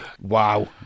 Wow